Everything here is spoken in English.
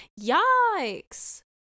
yikes